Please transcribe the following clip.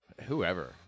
whoever